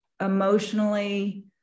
emotionally